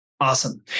Awesome